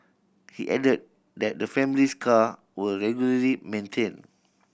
he added that the family's car were regularly maintained